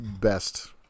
best